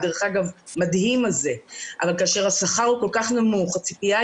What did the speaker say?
אבל בזמן שהשכר כל-כך נמוך הציפייה